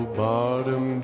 bottom